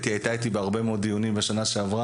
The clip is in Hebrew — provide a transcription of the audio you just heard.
אתי דנן הייתה איתי בהרבה מאוד דיונים בשנה שעברה,